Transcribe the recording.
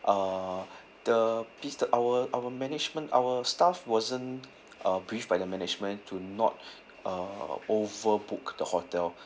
uh the our our management our staff wasn't uh briefed by the management to not uh overbook the hotel